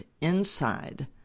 inside